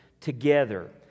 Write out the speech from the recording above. together